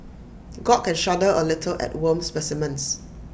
gawk and shudder A little at worm specimens